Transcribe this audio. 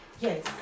yes